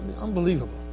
Unbelievable